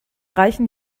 reichen